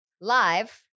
live